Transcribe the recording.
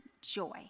joy